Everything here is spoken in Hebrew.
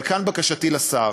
אבל כאן בקשתי לשר,